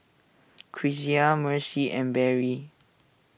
Cressie Mercy and Berry